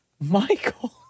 Michael